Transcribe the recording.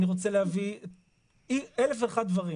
אני רוצה להביא אלף ואחד דברים'.